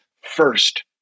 first